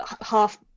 half